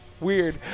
Weird